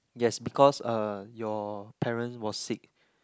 yes because uh your parent was sick